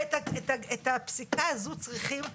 ואת הפסיקה הזו צריכים לשנות.